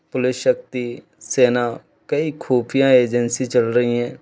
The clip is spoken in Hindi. पुलिस शक्ति सेना कई खूफियां एजेंसी चल रही हैं